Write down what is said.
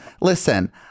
Listen